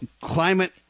climate